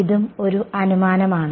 ഇതും ഒരു അനുമാനമാണ്